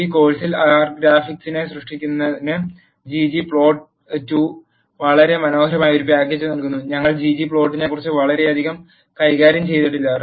ഈ കോഴ് സിൽ ആർ ഗ്രാഫിക്സ് സൃഷ്ടിക്കുന്നതിന് ggplot2 വളരെ മനോഹരമായ ഒരു പാക്കേജ് നൽകുന്നു ഞങ്ങൾ ggplot2 നെ വളരെയധികം കൈകാര്യം ചെയ്തിട്ടില്ല